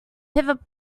pivot